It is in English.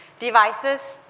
devices,